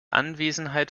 anwesenheit